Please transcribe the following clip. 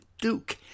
Duke